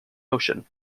ocean